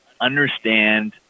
understand